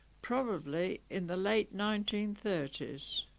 probably in the late nineteen thirty s